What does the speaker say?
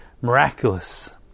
miraculous